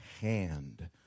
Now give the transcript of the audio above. hand